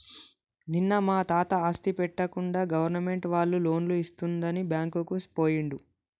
నిన్న మా తాత ఆస్తి పెట్టకుండా గవర్నమెంట్ వాళ్ళు లోన్లు ఇస్తుందని బ్యాంకుకు పోయిండు